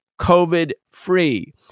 COVID-free